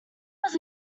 was